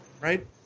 Right